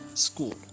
school